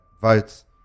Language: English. votes